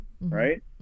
Right